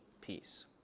peace